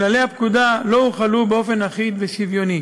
כללי הפקודה לא הוחלו באופן אחיד ושוויוני.